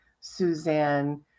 Suzanne